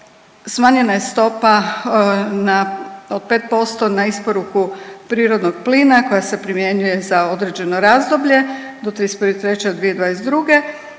smanjena je stopa na, od 5% na isporuku prirodnog plina koja se primjenjuje za određeno razdoblje do 31.3.2022.,